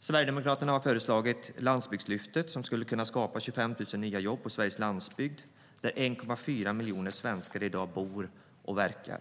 Sverigedemokraterna har föreslagit Landsbygdslyftet, som skulle kunna skapa 25 000 nya jobb på Sveriges landsbygd där 1,4 miljoner svenskar i dag bor och verkar.